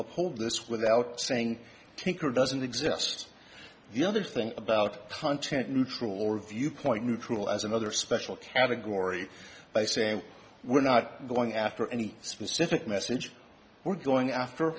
uphold this without saying tinker doesn't exist the other thing about content neutral or viewpoint neutral as another special category by saying we're not going after any specific message we're going after